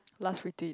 last we did